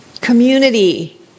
Community